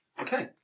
Okay